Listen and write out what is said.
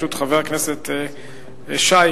חבר הכנסת שי,